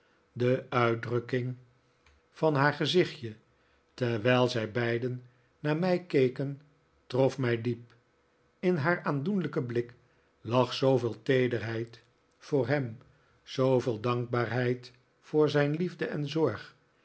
de uitdrukking van haar gezichtje terwijl zij beiden naar mij keken trof mij diep in haar aandoenlijken blik lag zooveel teederheid voor hem zooveel dankbaarheid voor zijn liefde en zorgj